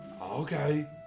okay